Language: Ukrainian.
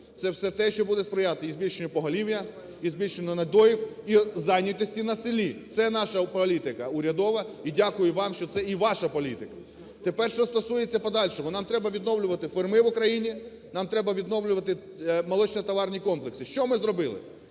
Це все те, що буде сприяти і збільшенню поголів'я, і збільшенню надоїв, і зайнятості на селі. Це наша політика урядова. І дякую вам, що це і ваша політика. Тепер, що стосується подальшого. Нам треба відновлювати ферми в Україні, нам треба відновлювати молочнотоварні комплекси. Що ми зробили?